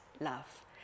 love